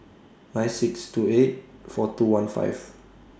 nine six two eight four two one five